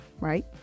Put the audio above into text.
Right